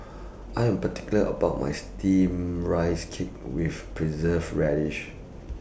I Am particular about My Steamed Rice Cake with Preserved Radish